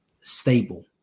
stable